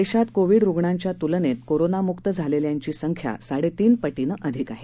देशात कोविड रुग्णांच्या तुलनेत कोरोनामुक्त झालेल्याची संख्या साडे तीन पटीने अधिक आहे